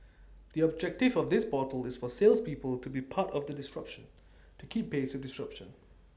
the objective of this portal is for salespeople to be part of the disruption to keep pace with disruption